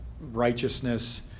righteousness